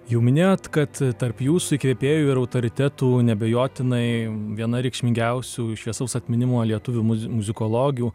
jau minėjot kad tarp jūsų įkvėpėjų ir autoritetų neabejotinai viena reikšmingiausių šviesaus atminimo lietuvių muzi muzikologių